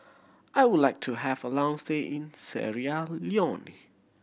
I would like to have a long stay in Sierra Leone